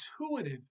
intuitive